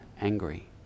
angry